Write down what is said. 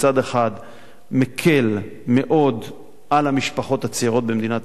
מקל מאוד על המשפחות הצעירות במדינת ישראל,